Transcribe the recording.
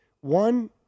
One